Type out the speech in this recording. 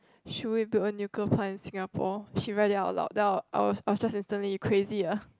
should we build a nuclear plant in Singapore she read it out loud then I I was I was just instantly you crazy ah